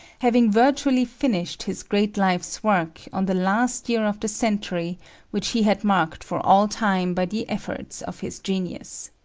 having virtually finished his great life's work on the last year of the century which he had marked for all time by the efforts of his genius.